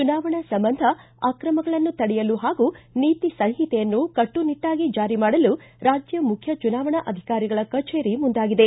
ಚುನಾವಣಾ ಸಂಬಂಧ ಆಕ್ರಮಗಳನ್ನು ತಡೆಯಲು ಪಾಗೂ ನೀತಿ ಸಂಹಿತೆಯನ್ನು ಕಟ್ಟುನಿಟ್ಟಾಗಿ ಜಾರಿ ಮಾಡಲು ರಾಜ್ಯ ಮುಖ್ಯ ಚುನಾವಣಾ ಅಧಿಕಾರಿಗಳ ಕಚೇರಿ ಮುಂದಾಗಿದೆ